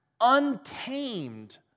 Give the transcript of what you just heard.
untamed